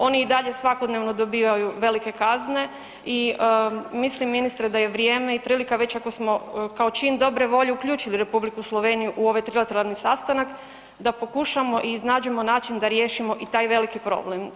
Oni i dalje svakodnevno dobivaju velike kazne i mislim ministre da je vrijeme i prilika već ako smo kao čin dobre volje uključili Republiku Sloveniju u ovaj trilateralni sastanak da pokušamo i iznađemo način da riješimo i taj veliki problem.